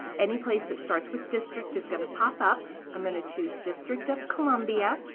any place that starts with district is going to pop up. i'm going to choose district of columbia